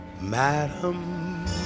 Madam